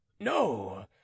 no